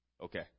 okay